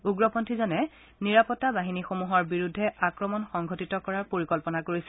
উগ্ৰপন্থীজনে নিৰাপত্তাবাহিনীসমূহৰ বিৰুদ্ধে আক্ৰমণ সংঘটিত কৰাৰ পৰিকল্পনা কৰিছিল